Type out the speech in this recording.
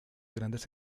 grandes